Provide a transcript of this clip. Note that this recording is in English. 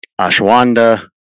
ashwanda